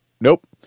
nope